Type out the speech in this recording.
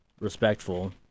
respectful